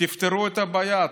תפתרו את הבעיה,